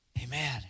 Amen